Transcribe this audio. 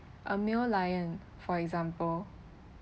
a male lion for example